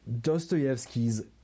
Dostoevsky's